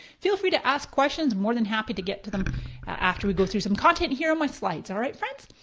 feel free to ask questions, i'm more than happy to get to them after we go through some content here on my slides, all right friends?